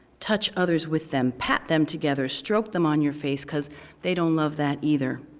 touch others with them, pat them, together stroke them on your face, because they don't love that either.